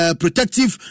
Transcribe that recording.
protective